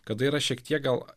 kada yra šiek tiek gal